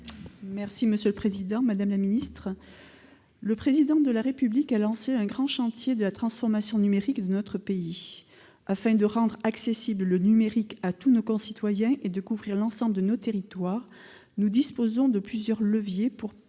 parole est à Mme Patricia Morhet-Richaud. Le Président de la République a lancé un grand chantier de la transformation numérique de notre pays afin de rendre accessible le numérique à tous nos concitoyens et de couvrir l'ensemble de nos territoires. Nous disposons de plusieurs leviers pour porter cette